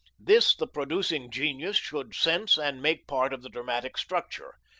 this the producing genius should sense and make part of the dramatic structure,